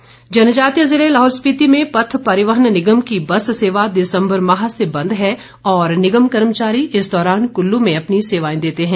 बस सेवा जनजातीय जिले लाहौल स्पिति में पथ परिवहन निगम की बस सेवा दिसम्बर माह से बंद है और निगम कर्मचारी इस दौरान कुल्लू में अपनी सेवाएं देते हैं